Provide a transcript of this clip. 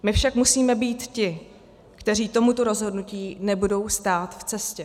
My však musíme být ti, kteří tomuto rozhodnutí nebudou stát v cestě.